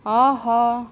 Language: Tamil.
ஆஹா